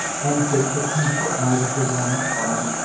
and churches can put notices on um